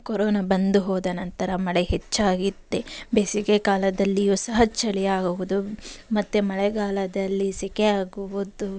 corona ಬಂದು ಹೋದ ನಂತರ ಮಳೆ ಹೆಚ್ಚಾಗಿತ್ತು ಬೇಸಿಗೆ ಕಾಲದಲ್ಲಿಯೂ ಸಹ ಚಳಿ ಆಗೋದು ಮತ್ತು ಮಳೆಗಾಲದಲ್ಲಿ ಸೆಖೆ ಆಗುವುದು